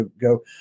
go